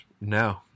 no